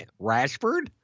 Rashford